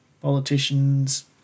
politicians